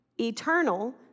eternal